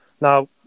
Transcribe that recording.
Now